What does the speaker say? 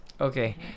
Okay